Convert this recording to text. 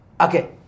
Okay